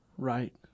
Right